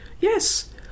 Yes